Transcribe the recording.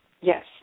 Yes